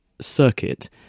circuit